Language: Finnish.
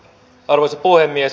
arvoisa puhemies